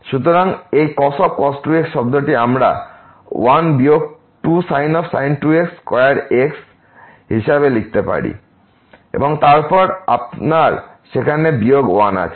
সুতরাং এই cos 2x শব্দটি আমরা 1 বিয়োগ 2sin square x হিসাবে লিখতে পারি এবং তারপর আপনার সেখানে বিয়োগ 1 আছে